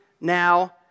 now